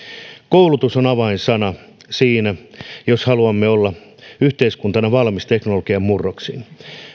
koulutus on avainsana siinä jos haluamme olla yhteiskuntana valmis teknologian murroksiin